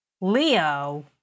Leo